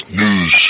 news